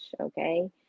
okay